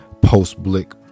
post-Blick